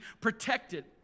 protected